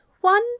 one